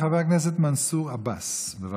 חבר הכנסת מנסור עבאס, בבקשה.